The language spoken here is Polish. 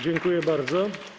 Dziękuję bardzo.